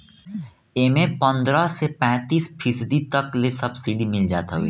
एमे पन्द्रह से पैंतीस फीसदी तक ले सब्सिडी मिल जात हवे